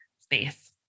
space